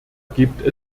gibt